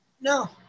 No